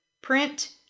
Print